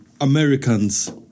Americans